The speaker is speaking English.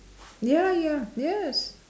ya ya yes